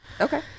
okay